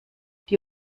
die